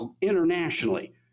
internationally